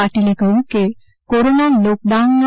પાટિલે કહ્યું કોરોના લોક ડાઉનનો